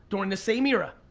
during the same era.